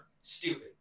stupid